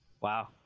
wow